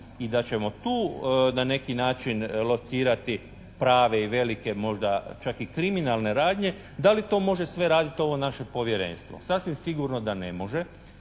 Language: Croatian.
i da ćemo tu na neki način locirati prave i velike možda, čak i kriminalne radnje da li to može sve raditi ovo naše Povjerenstvo. Sasvim sigurno da ne može.